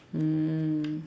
mm